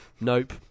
Nope